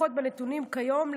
לפחות בנתונים כיום,